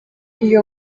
iyo